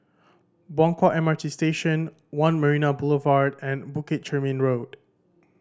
Buangkok M R T Station One Marina Boulevard and Bukit Chermin Road